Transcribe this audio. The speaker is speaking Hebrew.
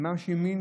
ממש ימין,